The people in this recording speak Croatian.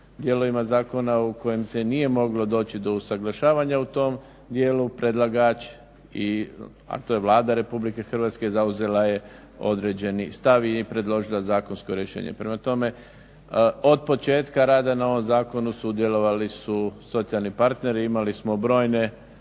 dijelovima zakona u kojim se nije moglo doći do usaglašavanja u tom dijelu predlagač a to je Vlada Republike Hrvatske zauzela je određeni stav i predložila zakonsko rješenje. Prema tome, od početka rada na ovom zakonu sudjelovali su socijalni partneri. Imali smo brojne